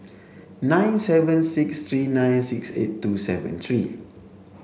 nine seven six three nine six eight two seven three